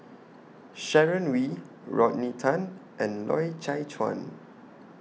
Sharon Wee Rodney Tan and Loy Chye Chuan